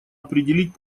определить